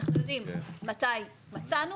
אנחנו יודעים מתי מצאנו,